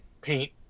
paint